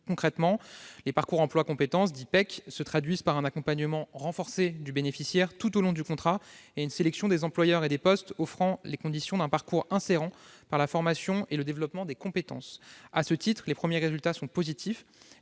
Concrètement, les parcours emploi compétences, les PEC, comportent un accompagnement renforcé du bénéficiaire tout au long du contrat et une sélection des employeurs et des postes offrant les conditions d'un parcours insérant par la formation et le développement des compétences. À ce titre, les premiers résultats sont positifs